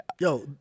Yo